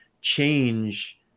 change